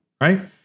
Right